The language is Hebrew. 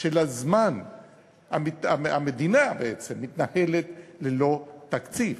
מהזמן המדינה בעצם מתנהלת ללא תקציב.